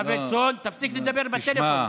דוידסון, תפסיק לדבר בטלפון.